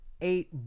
eight